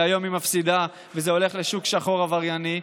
שהיום היא מפסידה וזה הולך לשוק שחור עברייני,